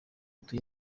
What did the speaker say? atuye